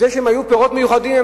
זה שהם היו פירות מיוחדים,